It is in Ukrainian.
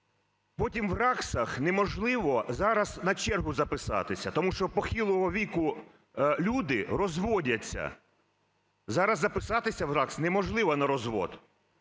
Потім в РАГСах неможливо зараз на чергу записатися, тому що похилого віку люди розводяться. Зараз записатися в РАГС неможливо на розвод.